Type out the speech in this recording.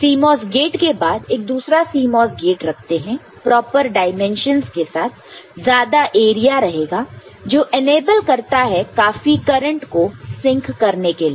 CMOS gate के बाद एक दूसरा CMOS गेट रखते हैं प्रॉपर डाइमेंशंस के साथ ज्यादा एरिया रहेगा जो इनेबल करता है काफी करंट को सिंक करने के लिए